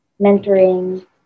mentoring